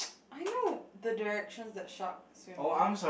I know the directions that sharks swim in